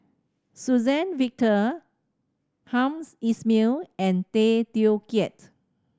Suzann Victor hams Ismail and Tay Teow Kiat